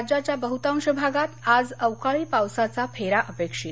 राज्याच्या बहतांश भागात आज अवकाळी पावसाचा फेरा अपेक्षित